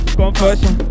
confession